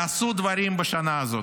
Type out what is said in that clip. נעשו דברים בשנה הזאת.